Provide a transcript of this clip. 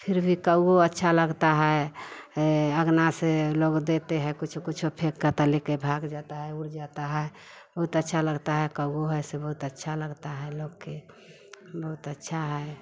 फिर भी काऊ अच्छा लगता है ये अंगना से लोग देते है कुछु कुछु फे कर त लेके भाग जाता है उड़ जाता है बहुत अच्छा लगता है काऊ ऐसे बहुत अच्छा लगता है लोग के बहुत अच्छा है